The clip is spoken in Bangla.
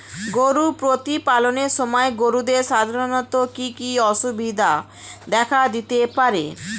গরু প্রতিপালনের সময় গরুদের সাধারণত কি কি অসুবিধা দেখা দিতে পারে?